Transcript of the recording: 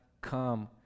come